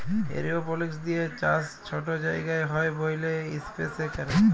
এরওপলিক্স দিঁয়ে চাষ ছট জায়গায় হ্যয় ব্যইলে ইস্পেসে ক্যরে